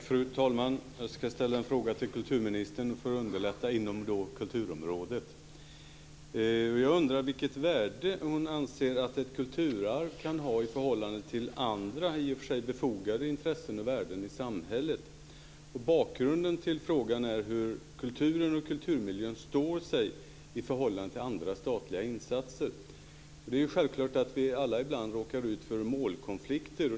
Fru talman! Jag ska ställa en fråga till kulturministern som gäller att underlätta inom kulturområdet. Jag undrar vilket värde hon anser att ett kulturarv kan ha i förhållande till andra i och för sig befogade intressen och värden i samhället. Bakgrunden till frågan är hur kulturen och kulturmiljön står sig i förhållande till andra statliga insatser. Det är självklart att vi alla ibland råkar ut för målkonflikter.